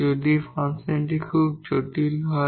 যদি এই ফাংশনটি এখানে খুব জটিল নয়